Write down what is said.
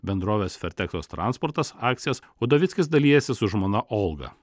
bendrovės ferteksos transportas akcijas udovickis dalijasi su žmona olga